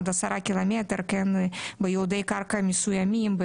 עד עשרה קילומטרים בייעודי קרקע מסוימים,